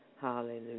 Hallelujah